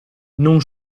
non